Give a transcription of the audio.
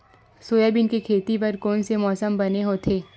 Soybean के खेती बर कोन से मौसम बने होथे?